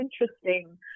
interesting